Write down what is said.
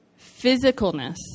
physicalness